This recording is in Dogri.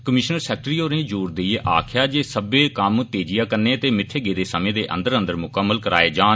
कमीशनर सैक्ट्री होरें जोर देइयै आक्खेया जे सब्बै कम्म तेजिया कन्ने ते मित्थे गेदे समे दे अंदर अंदर मुकम्मल कराए जान